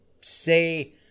say